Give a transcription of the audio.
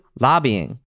lobbying